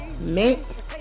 mint